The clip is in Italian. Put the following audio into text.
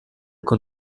con